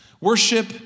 Worship